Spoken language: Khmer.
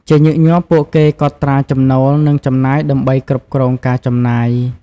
ជាញឹកញាប់ ពួកគេកត់ត្រាចំណូល និងចំណាយដើម្បីគ្រប់គ្រងការចំណាយ។